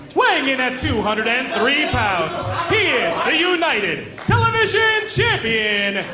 weighing in at two hundred and three pounds. he is the united television champion.